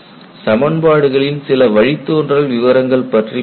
சமன்பாடுகளின் சில வழித்தோன்றல் விவரங்கள் பற்றி பார்த்தோம்